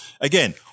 again